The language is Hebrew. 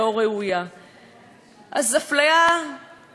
אז אפליה אנחנו רואים כאן,